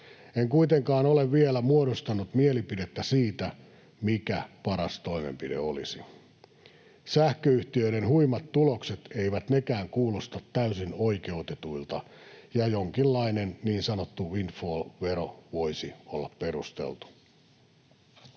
En kuitenkaan ole vielä muodostanut mielipidettä siitä, mikä paras toimenpide olisi. Sähköyhtiöiden huimat tulokset eivät nekään kuulosta täysin oikeutetuilta, ja jonkinlainen niin sanottu windfall-vero voisi olla perusteltu.